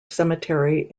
cemetery